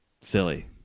Silly